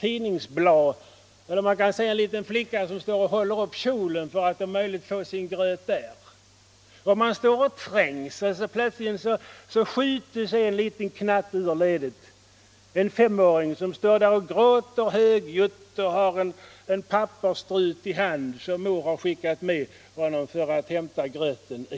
tidningsblad, eller man kan se en liten flicka som står och håller upp kjolen för att om möjligt få litet gröt i den. De står och trängs, och plötsligt skjutes en liten knatte ut ur ledet. Det är en femåring. Han har en pappersstrut i handen som mor har skickat med honom för att hämta gröten i.